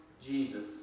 Jesus